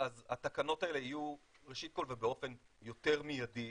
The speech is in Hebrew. --- התקנות האלה יהיו ראשית כל ובאופן יותר מיידי